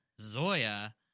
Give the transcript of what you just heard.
Zoya